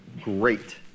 great